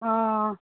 অঁ